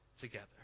together